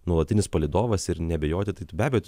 nuolatinis palydovas ir neabejoti tai tu be abejo